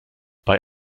bei